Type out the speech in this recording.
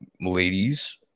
ladies